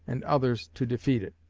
and others, to defeat it.